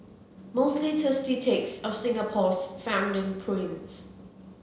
mostly thirsty takes of Singapore's founding prince